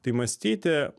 tai mąstyti